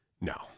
No